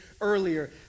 earlier